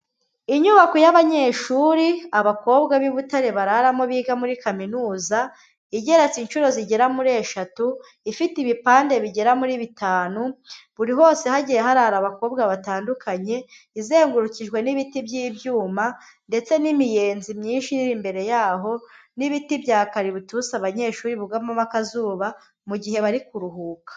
Inyubako y'abanyeshuri, abakobwa b'i Butare bararamo biga muri kaminuza, igeretse inshuro zigera muri eshatu, ifite ibipande bigera muri bitanu, buri hose hagiye harara abakobwa batandukanye, izengurukijwe n'ibiti by'ibyuma, ndetse n'imiyenzi myinshi iri imbere yaho n'ibiti bya kaributusi abanyeshuri bugamamo akazuba, mu gihe bari kuruhuka.